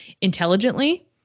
intelligently